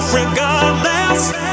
regardless